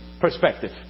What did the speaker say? perspective